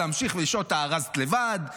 להמשיך ולשאול אותה: ארזת לבד?